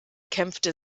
kämpfte